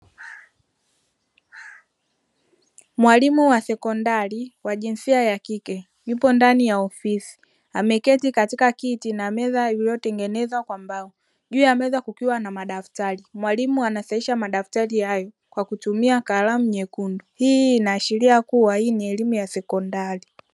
Mwalimu wa sekondari wa jinsia ya kike, yupo ndani ya ofisi. Ameketi katika kiti na meza vilivyotengenezwa kwa mbao. Juu ya meza kukiwa na madaftari, mwalimu anasahihiisha madaftari hayo kwa kutumia kalamu nyekundu. Hii inaashiria kuwa hii ni elimu ya sekondari.